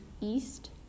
east